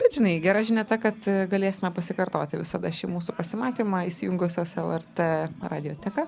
bet žinai gera žinia ta kad galėsime pasikartoti visada šį mūsų pasimatymą įsijungusios lrt radijoteka